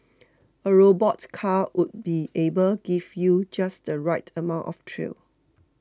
a robot car would be able give you just the right amount of thrill